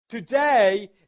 Today